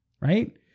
right